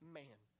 man